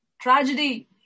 Tragedy